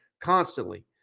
constantly